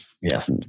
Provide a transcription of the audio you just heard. Yes